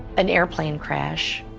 an airplane crash,